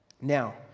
Now